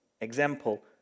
example